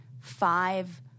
five